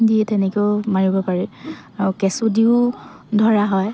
দি তেনেকৈও মাৰিব পাৰি আৰু কেঁচু দিও ধৰা হয়